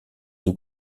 nous